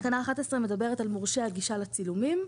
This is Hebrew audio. תקנה 11 מדברת על מורשי הגישה לצילומים.